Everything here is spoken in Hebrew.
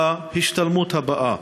להשתלמות הבאה.